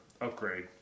upgrade